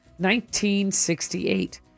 1968